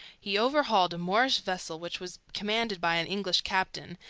he overhauled a moorish vessel which was commanded by an english captain,